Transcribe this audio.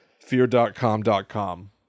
fear.com.com